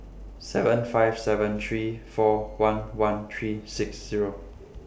seven five seven three four one one three six Zero